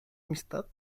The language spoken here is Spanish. amistad